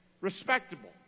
respectable